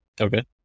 Okay